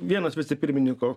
vienas vicepirmininko